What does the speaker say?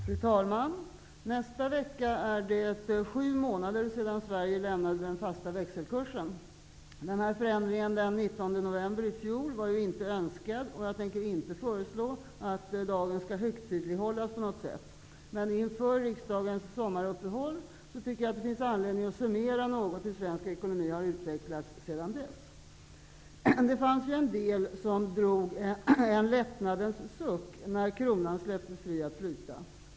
Fru talman! Nästa vecka är det sju månader sedan Förändringen den 19 november i fjol var inte önskad, och jag tänker inte föreslå att dagen skall högtidlighållas på något sätt, men inför riksdagens sommaruppehåll tycker jag att det finns anledning att något summera hur svensk ekonomi har utvecklats sedan dess. Det fanns en del som drog en lättnadens suck när kronan släpptes fri att flyta.